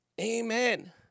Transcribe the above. Amen